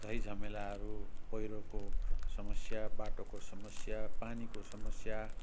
झैँझमेलाहरू पहिरो समस्या बाटोको समस्या पानीको समस्या